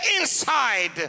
inside